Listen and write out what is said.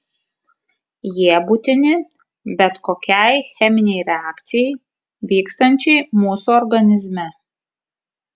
jie būtini bet kokiai cheminei reakcijai vykstančiai mūsų organizme